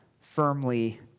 firmly